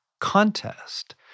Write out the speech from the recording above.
contest